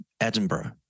Edinburgh